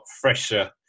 fresher